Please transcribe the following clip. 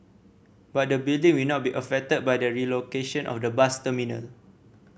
but the building will not be affected by the relocation of the bus terminal